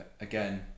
again